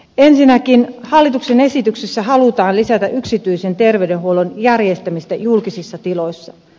ensinnäkin hallituksen esityksessä halutaan lisätä yksityisen terveydenhuollon järjestämistä julkisissa tiloissa